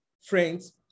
friends